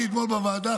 אתמול אמרתי בוועדה,